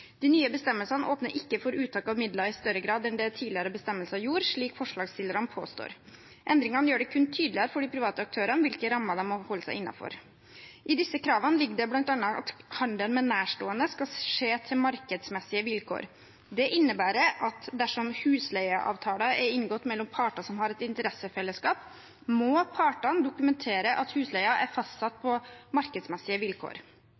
De nye bestemmelsene åpner ikke for uttak av midler i større grad enn det tidligere bestemmelser har gjort, slik forslagsstillerne påstår. Endringene gjør det kun tydeligere for de private aktørene hvilke rammer de må holde seg innenfor. I disse kravene ligger det bl.a. at handel med nærstående skal skje på markedsmessige vilkår. Det innebærer at dersom husleieavtaler er inngått mellom parter som har interessefellesskap, må partene dokumentere at husleien er fastsatt på markedsmessige vilkår.